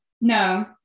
No